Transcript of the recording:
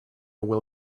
will